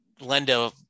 Linda